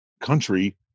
country